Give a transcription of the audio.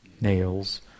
nails